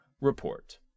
Report